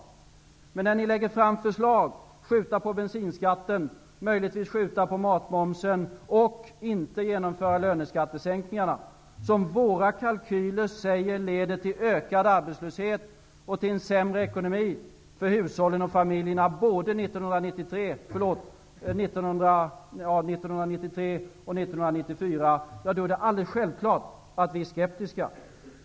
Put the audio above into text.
När ni emellertid lägger fram förslag om att skjuta på bensinskatten, att möjligtvis skjuta på matmomsen och att inte genomföra löneskattesänkningar, något som våra kalkyler säger leder till ökad arbetslöshet och sämre ekonomi för hushållen både 1993 och 1994, är det alldeles självklart att vi är skeptiska.